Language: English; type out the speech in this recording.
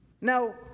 Now